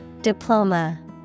Diploma